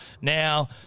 Now